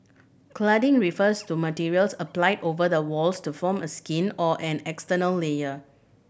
cladding refers to materials applied over the walls to form a skin or an external layer